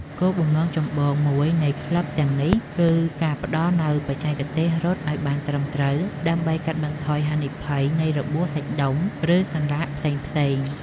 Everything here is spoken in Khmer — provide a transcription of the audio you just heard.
គោលបំណងចម្បងមួយនៃក្លឹបទាំងនេះ គឺការផ្តល់នូវបច្ចេកទេសរត់ឱ្យបានត្រឹមត្រូវ ដើម្បីកាត់បន្ថយហានិភ័យនៃរបួសសាច់ដុំ ឬសន្លាក់ផ្សេងៗ។